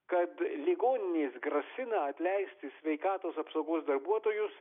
kad ligoninės grasina atleisti sveikatos apsaugos darbuotojus